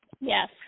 Yes